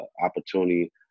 opportunity